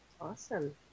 Awesome